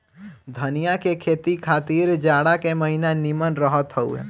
धनिया के खेती खातिर जाड़ा के महिना निमन रहत हअ